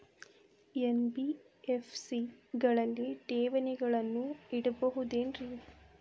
NBFC ಗಳಲ್ಲಿ ಠೇವಣಿಗಳನ್ನು ಇಡಬಹುದೇನ್ರಿ?